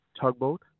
Tugboat